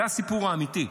זה הסיפור האמיתי,